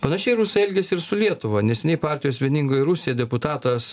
panašiai rusai elgėsi ir su lietuva neseniai partijos vieningoji rusija deputatas